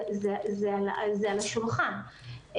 זה על השולחן.